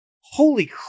holy